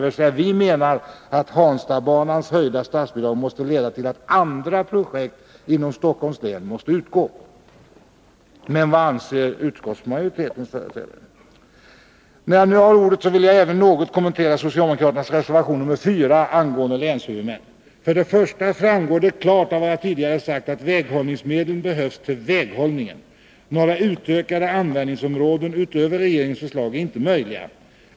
Vi menar alltså att det höjda statsbidraget till Hanstabanan måste leda till att andra projekt inom Stockholms län måste utgå. Men vad anser företrädarna för utskottsmajoriteten? När jag nu har ordet vill jag även något kommentera socialdemokraternas reservation 4 angående länshuvudmän. Det framgår klart av vad jag tidigare sagt att väghållningsmedlen behövs till väghållningen. Några utökade användningsområden utöver regeringens förslag är inte möjliga.